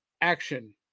action